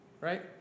right